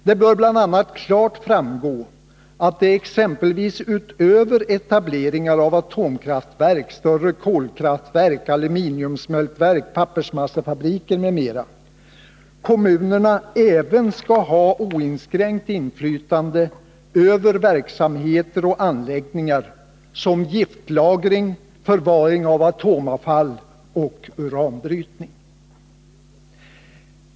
Det bör bl.a. klart framgå att, utöver exempelvis etableringar av atomkraftverk, större kolkraftverk, aluminiumsmältverk, pappersmassefabriker m.m., kommunerna skall ha oinskränkt inflytande över verksamheter och anläggningar som giftlagring, förvaring av atomavfall och uranbrytning.